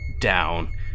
down